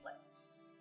place